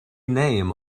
name